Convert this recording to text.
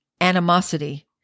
animosity